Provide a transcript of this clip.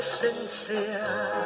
sincere